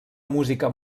música